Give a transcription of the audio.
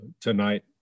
tonight